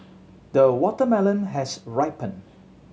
the watermelon has ripened